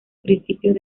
principios